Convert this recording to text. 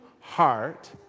heart